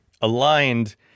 aligned